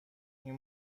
این